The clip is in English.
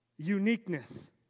uniqueness